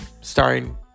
starring